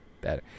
Better